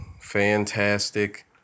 fantastic